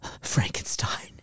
Frankenstein